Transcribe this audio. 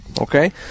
okay